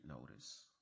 notice